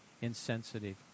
insensitive